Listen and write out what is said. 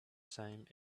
same